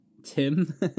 tim